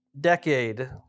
decade